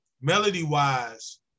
melody-wise